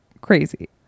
crazy